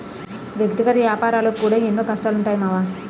వ్యక్తిగత ఏపారాలకు కూడా ఎన్నో కష్టనష్టాలుంటయ్ మామా